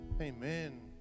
Amen